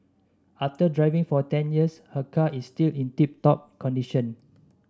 after driving for ten years her car is still in tip top condition